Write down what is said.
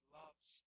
loves